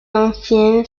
ancienne